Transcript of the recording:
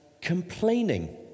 complaining